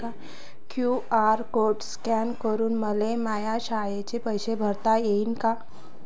QR code scan करून मले माया शाळेचे पैसे भरता येईन का?